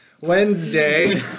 Wednesday